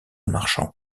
marchands